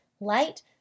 light